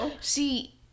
See